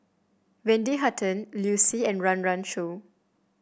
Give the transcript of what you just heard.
Wendy Hutton Liu Si and Run Run Shaw